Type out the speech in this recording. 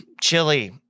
chili